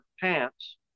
pants